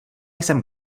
jsem